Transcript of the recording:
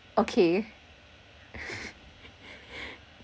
okay